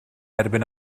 erbyn